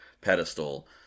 pedestal